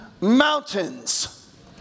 mountains